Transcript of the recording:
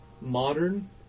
modern